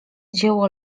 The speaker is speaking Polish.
dzieło